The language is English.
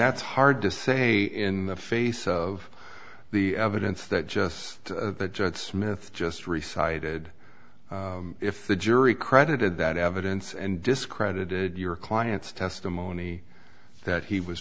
that's hard to say in the face of the evidence that just the judge smith just reciting would if the jury credited that evidence and discredited your client's testimony that he was